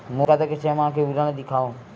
मोर खाता के छः माह के विवरण ल दिखाव?